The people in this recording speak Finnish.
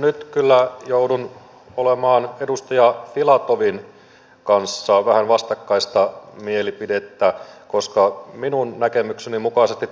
nyt kyllä joudun olemaan edustaja filatovin kanssa vähän vastakkaista mieltä koska minun näkemykseni mukaisesti